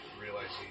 Realizing